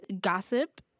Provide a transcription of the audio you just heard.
gossip